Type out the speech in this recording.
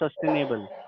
sustainable